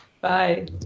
Bye